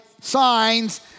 signs